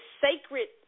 sacred